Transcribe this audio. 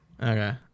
okay